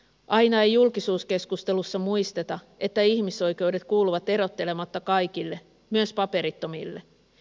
aina ei julkisuuskeskustelussa muisteta että ihmisoikeudet kuuluvat erottelematta kaikille myös paperittomille